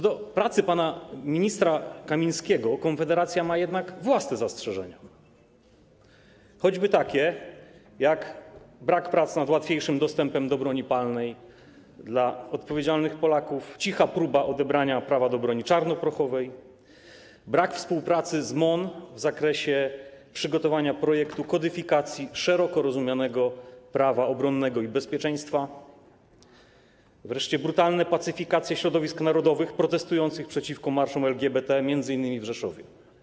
Do pracy pana ministra Kamińskiego Konfederacja ma jednak własne zastrzeżenia, choćby takie jak brak prac nad łatwiejszym dostępem do broni palnej dla odpowiedzialnych Polaków, cicha próba odebrania prawa do broni czarnoprochowej, brak współpracy z MON w zakresie przygotowania projektu kodyfikacji szeroko rozumianego prawa obronnego i bezpieczeństwa, wreszcie brutalne pacyfikacje środowisk narodowych protestujących przeciwko marszom LGBT, m.in. w Rzeszowie.